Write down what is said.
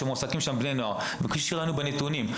מועסקים בני נוער וכפי שראינו בנתונים,